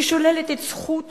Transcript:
היא שוללת את הזכות